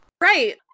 Right